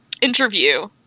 interview